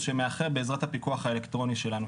שמאחר בעזרת הפיקוח האלקטרוני שלנו.